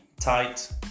tight